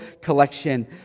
collection